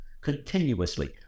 continuously